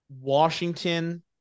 washington